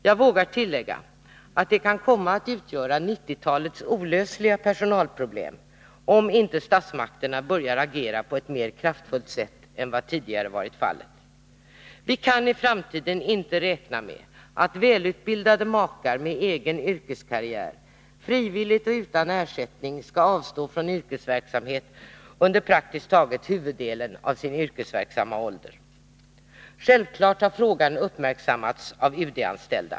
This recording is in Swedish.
Jag vågar tillägga att de kan komma att utgöra 1990-talets olösliga personalproblem, om inte statsmakterna börjar agera på ett mer kraftfullt sätt än vad tidigare varit fallet. Vi kan i framtiden inte räkna med att välutbildade makar med egen yrkeskarriär frivilligt och utan ersättning skall avstå från yrkesverksamhet under praktiskt taget huvuddelen av sin yrkesverksamma ålder. Självfallet har frågan uppmärksammats av de UD-anställda.